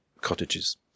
cottages